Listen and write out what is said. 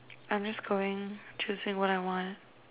I'm just going to say what I want